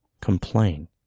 complain